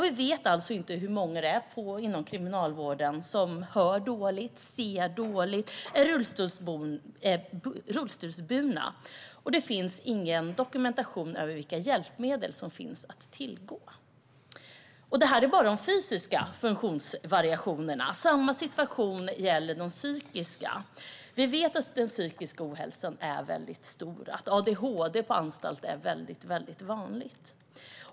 Vi vet alltså inte hur många inom kriminalvården som hör dåligt, ser dåligt eller är rullstolsburna, och det finns ingen dokumentation över vilka hjälpmedel som finns att tillgå. Detta gäller bara de fysiska funktionsvariationerna. Samma situation gäller de psykiska. Vi vet att den psykiska ohälsan är mycket stor och att det är mycket vanligt att personer på anstalt har adhd.